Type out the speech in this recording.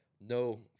no